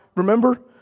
Remember